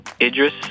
Idris